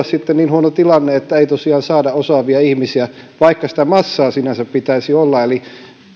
sitten olla niin huono tilanne että ei tosiaan saada osaavia ihmisiä vaikka sitä massaa sinänsä pitäisi olla